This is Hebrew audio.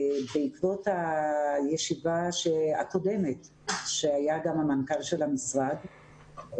בעקבות הישיבה הקודמת שהיה גם המנכ"ל של המשרד,